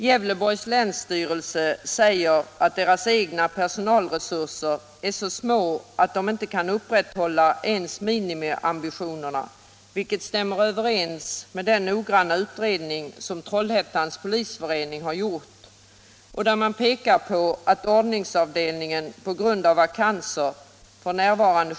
Gävleborgs länsstyrelse säger att länets egna personalresurser är så små att man inte kan leva upp ens till minimiambitionerna. Detta stämmer överens med den noggranna utredning som Trollhättans polisförening gjort. Man pekar där på att ordningsavdelningen på grund av vakanser — f. n.